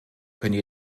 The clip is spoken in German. können